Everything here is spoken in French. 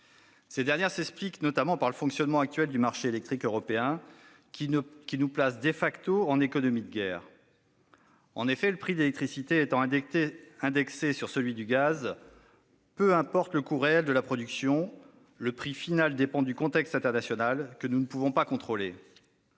Elles s'expliquent en partie par le fonctionnement actuel du marché électrique européen, qui nous place en économie de guerre. En effet, le prix de l'électricité étant indexé sur celui du gaz, peu importe le coût réel de la production, le prix final dépend du contexte international que nous ne pouvons pas contrôler.